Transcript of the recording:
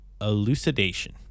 elucidation